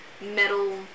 metal